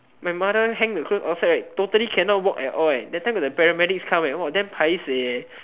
my mother hang the clothes outside right totally cannot walk at all leh that time got the paramedics come damn paiseh